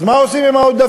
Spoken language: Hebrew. אז מה עושים עם העודפים?